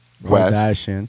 West